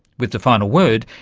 with the final word,